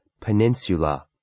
Peninsula